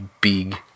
big